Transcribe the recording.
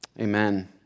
Amen